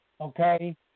Okay